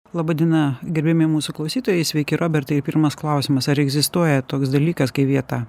laba diena gerbiami mūsų klausytojai sveiki robertai pirmas klausimas ar egzistuoja toks dalykas kaip vieta